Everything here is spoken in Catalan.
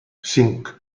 cinc